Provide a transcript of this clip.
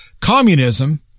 communism